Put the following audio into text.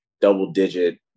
double-digit